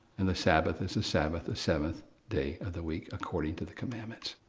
and the sabbath is the sabbath, the seventh day of the week, according to the commandments.